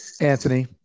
Anthony